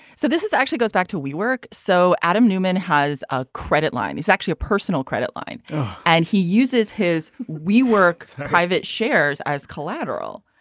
so this is actually goes back to we work. so adam newman has a credit line. he's actually a personal credit line and he uses his we work private shares as collateral.